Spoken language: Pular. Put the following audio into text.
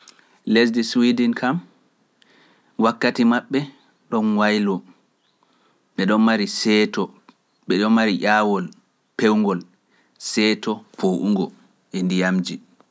Lesdi Sweden kam wakkati maɓɓe ɗon wayloo, ɓe ɗon mari seeto ɓe ɗon mari nyaawol peewgol, seeto poo'ugo, e ndiyamji.